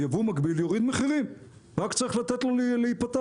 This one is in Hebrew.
ייבוא מקביל יוריד מחירים, רק צריך לתת לו להיפתח.